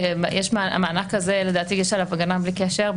יש על המענק הזה הגנה בלי קשר,